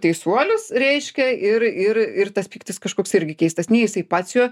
teisuolis reiškia ir ir ir tas pyktis kažkoks irgi keistas nei jisai pats juo